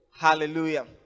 Hallelujah